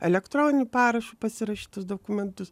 elektroniniu parašu pasirašytus dokumentus